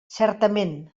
certament